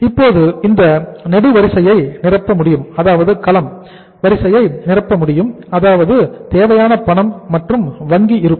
இப்போது இந்த நெடு வரிசையை நிரப்ப முடியும் அதாவது தேவையான பணம் மற்றும் வங்கி இருப்பு